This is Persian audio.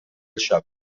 شود